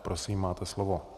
Prosím, máte slovo.